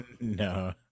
No